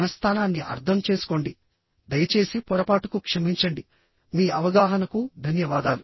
మన స్థానాన్ని అర్థం చేసుకోండి దయచేసి పొరపాటుకు క్షమించండి మీ అవగాహనకు ధన్యవాదాలు